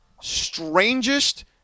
strangest